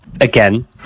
Again